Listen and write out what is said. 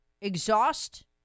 exhaust